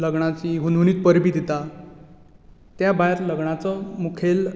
लग्नाची हुनहुनीत परबीं दिता त्या भायर लग्नाचो मुखेल